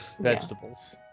vegetables